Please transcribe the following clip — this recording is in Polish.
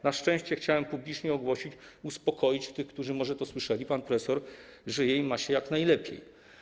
Na szczęście chciałem publicznie ogłosić, uspokoić tych, którzy może to słyszeli, że pan profesor żyje i ma się jak najlepiej.